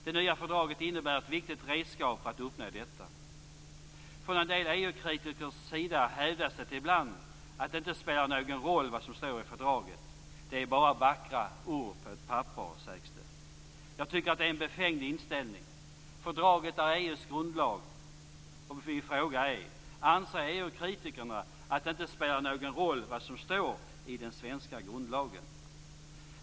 Det nya fördraget innebär ett viktigt redskap för att uppnå detta. Från en del EU-kritikers sida hävdas det ibland att det inte spelar någon roll vad som står i fördraget. Det är bara vackra ord på ett papper, sägs det. Jag tycker att det är en befängd inställning. Fördraget är EU:s grundlag. Min fråga är: Anser EU kritikerna att det inte spelar någon roll vad som står i den svenska grundlagen?